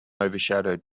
overshadowed